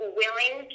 willing